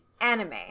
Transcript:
anime